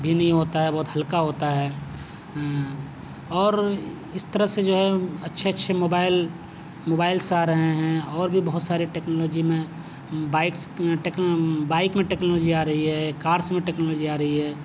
بھی نہیں ہوتا ہے بہت ہلکا ہوتا ہے اور اس طرح سے جو ہے اچھے اچھے موبائل موبائلس آ رہے ہیں اور بھی بہت سارے ٹیکنالوجی میں بائیکس بائیک میں ٹیکنالوجی آ رہی ہے کارس میں ٹیکنالوجی آ رہی ہے